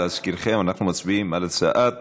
להזכירכם, אנחנו מצביעים על הצעת